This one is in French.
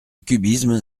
cubisme